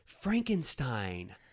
Frankenstein